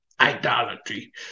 idolatry